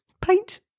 Paint